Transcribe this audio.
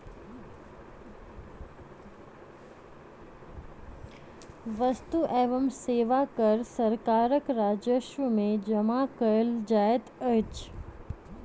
वस्तु एवं सेवा कर सरकारक राजस्व में जमा कयल जाइत अछि